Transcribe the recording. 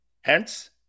Hence